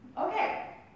Okay